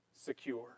secure